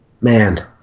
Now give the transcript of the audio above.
man